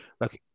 Look